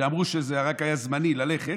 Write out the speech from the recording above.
שאמרו שזה רק היה זמני, ללכת.